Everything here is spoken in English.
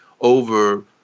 over